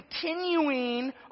continuing